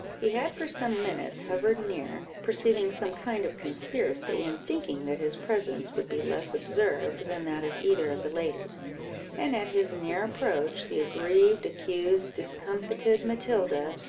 he had, for some minutes, hovered near, perceiving some kind of conspiracy, and thinking that his presence would be less observed than that of either of the ladies and at his near approach, the aggrieved, accused, discomfited matilda,